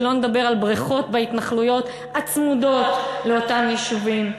שלא נדבר על בריכות בהתנחלויות הצמודות לאותם יישובים.